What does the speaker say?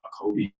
Kobe